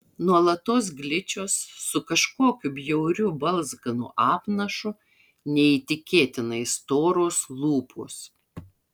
nuolatos gličios su kažkokiu bjauriu balzganu apnašu neįtikėtinai storos lūpos